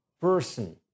person